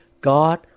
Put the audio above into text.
God